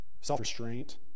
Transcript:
self-restraint